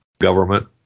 government